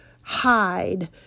hide